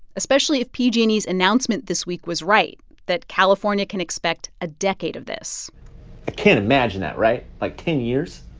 especially if pg and e's announcement this week was right that california can expect a decade of this i can't imagine that right? like, ten years.